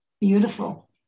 Beautiful